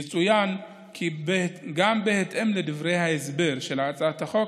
יצוין כי גם בהתאם לדברי ההסבר של הצעת החוק,